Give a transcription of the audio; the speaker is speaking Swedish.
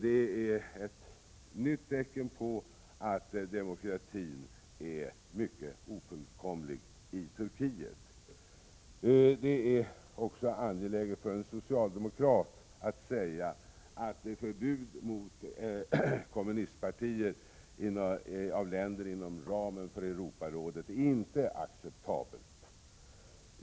Det är ett nytt tecken på att demokratin är mycket ofullkomlig i Turkiet. Det är angeläget också för en socialdemokrat att säga att förbud mot kommunistpartier i länder inom ramen för Europarådet inte är acceptabelt.